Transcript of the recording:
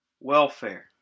welfare